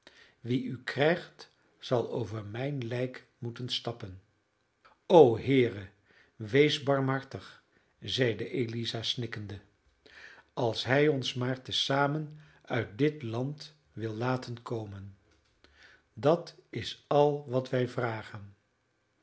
wie u krijgt zal over mijn lijk moeten stappen o heere wees barmhartig zeide eliza snikkende als hij ons maar te zamen uit dit land wil laten komen dat is al wat wij vragen